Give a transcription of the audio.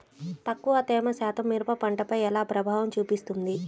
తక్కువ తేమ శాతం మిరప పంటపై ఎలా ప్రభావం చూపిస్తుంది?